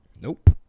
Nope